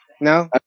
No